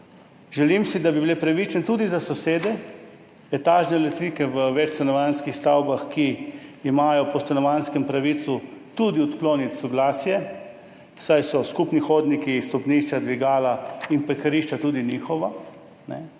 Želim si, da bi bile pravične tudi za sosede, etažne lastnike v večstanovanjskih stavbah, ki imajo po stanovanjskem pravico tudi odkloniti soglasje, saj so skupni hodniki, stopnišča, dvigala in parkirišča tudi njihovi,